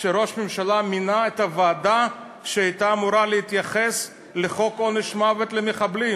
שראש הממשלה מינה ועדה שהייתה אמורה להתייחס לחוק עונש מוות למחבלים?